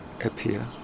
appear